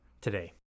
today